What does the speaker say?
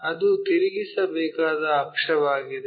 ಅದು ತಿರುಗಿಸಬೇಕಾದ ಅಕ್ಷವಾಗಿದೆ